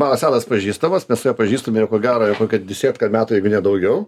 mano senas pažįstamas mes su juo pažįstami jau ko gero jau kad desėtką metų jeigu ne daugiau